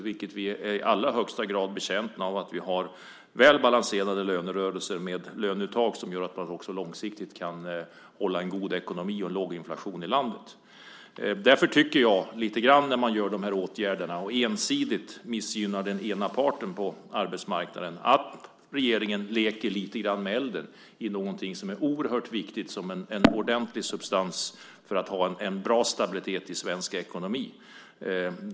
Vi är i allra högsta grad betjänta av väl balanserade lönerörelser med löneuttag som är sådana att man också långsiktigt kan hålla en god ekonomi och låg inflation i landet. Därför tycker jag nog att regeringen, när man vidtar de här åtgärderna och ensidigt missgynnar den ena parten på arbetsmarknaden, lite grann leker med elden när det gäller någonting som är oerhört viktigt som en ordentlig substans för att ha en bra stabilitet i svensk ekonomi.